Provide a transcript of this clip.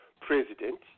president